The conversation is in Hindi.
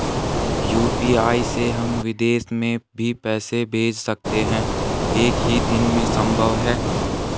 यु.पी.आई से हम विदेश में भी पैसे भेज सकते हैं एक ही दिन में संभव है?